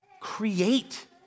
Create